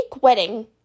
wedding